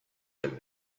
him